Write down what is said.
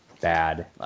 bad